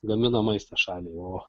gamina maistą šaliai o